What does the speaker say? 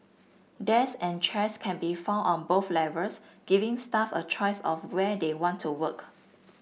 dies and chairs can be found on both levels giving staff a choice of where they want to work